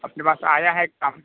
अपने पास आया है एक काम